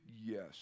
Yes